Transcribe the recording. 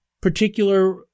particular